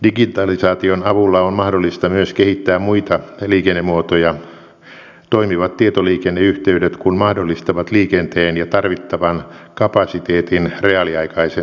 digitalisaation avulla on mahdollista myös kehittää muita liikennemuotoja toimivat tietoliikenneyhteydet kun mahdollistavat liikenteen ja tarvittavan kapasiteetin reaaliaikaisen seurannan